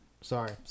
Sorry